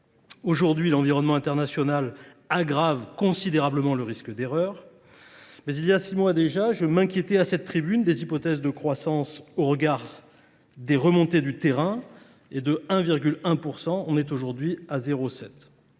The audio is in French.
Aujourd'hui, l'environnement international aggrave considérablement le risque d'erreur. Mais il y a 6 mois déjà, je m'inquiétais à cette tribune des hypothèses de croissance au regard des remontées du terrain et de 1,1%. On est aujourd'hui à 0,7%.